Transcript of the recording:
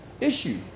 issue